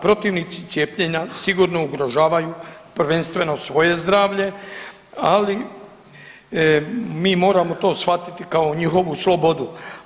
Protivnici cijepljenja sigurno ugrožavaju prvenstveno svoje zdravlje, ali mi moramo to shvatiti kao njihovu slobodu.